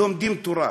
לומדים תורה.